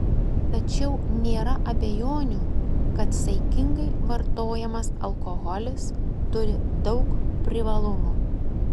tačiau nėra abejonių kad saikingai vartojamas alkoholis turi daug privalumų